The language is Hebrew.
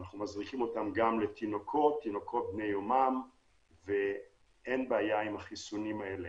מזריקים אותם גם לתינוקות בני יומם ואין בעיה עם החיסונים האלה,